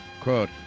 Quote